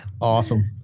awesome